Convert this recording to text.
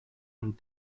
and